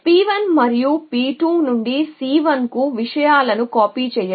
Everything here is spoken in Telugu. P1 మరియు P2 నుండి C1 కు విషయాలను కాపీ చేయడానికి